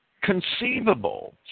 conceivable